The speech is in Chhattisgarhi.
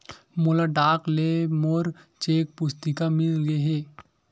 मोला डाक ले मोर चेक पुस्तिका मिल गे हे